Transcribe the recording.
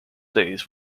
days